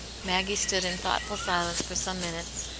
maggie stood in thoughtful silence for some minutes,